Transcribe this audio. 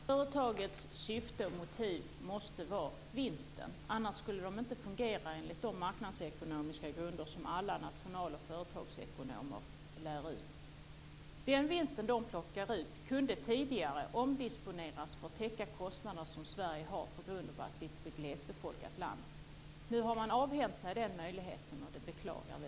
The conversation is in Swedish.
Herr talman! Det privata företagets syfte och motiv måste vara vinsten. Annars skulle det inte fungera. Så är det enligt de marknadsekonomiska grunder som alla national och företagsekonomer lär ut. Den vinst som tas ut kunde tidigare omdisponeras för att täcka de kostnader som Sverige har på grund av att vårt land är glesbefolkat. Nu har man avhänt sig den möjligheten, och det beklagar vi.